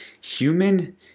human